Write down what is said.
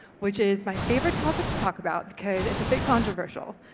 which is my favourite topic to talk about because it's a bit controversial.